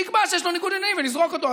נקבע שיש לו ניגוד עניינים ונזרוק אותו.